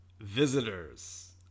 visitors